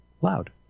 Loud